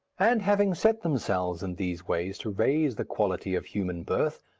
and having set themselves in these ways to raise the quality of human birth,